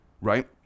Right